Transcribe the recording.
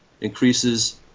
increases